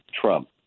Trump